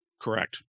Correct